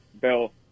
Bill